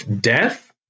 death